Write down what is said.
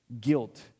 guilt